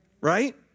right